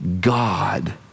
God